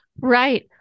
Right